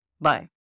Bye